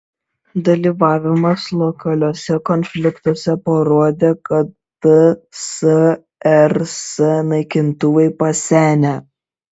dalyvavimas lokaliuose konfliktuose parodė kad tsrs naikintuvai pasenę